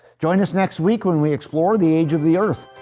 join us next week when we explore the age of the earth.